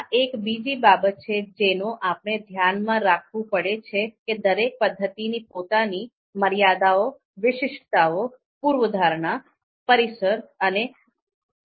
આ એક બીજી બાબત છે જેનો આપણે ધ્યાનમાં રાખવું પડે છે કે દરેક પદ્ધતિની પોતાની મર્યાદાઓ વિશિષ્ટતાઓ પૂર્વધારણા પરિસર અને પરિપ્રેક્ષ્ય હોય છે